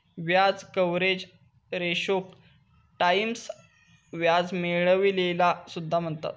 व्याज कव्हरेज रेशोक टाईम्स व्याज मिळविलेला सुद्धा म्हणतत